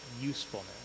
usefulness